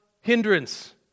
hindrance